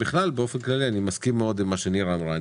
באופן כללי אני מסכים מאוד עם מה שנירה שפק אמרה.